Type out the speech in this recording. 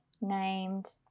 named